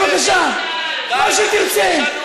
מה שתרצה,